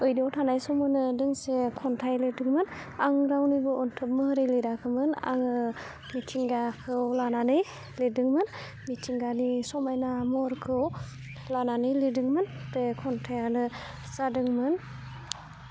ओइटआव थानाय समावनो दोंसे खन्थाइ लिरदोंमोन आं रावनिबो अनथोब महरै लिराखैमोन आङो मिथिंगाखौ लानानै लिरदोंमोन मिथिंगानि समायना महरखौ लानानै लिरदोंमोन बे खन्थाइयानो जादोंमोन